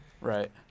Right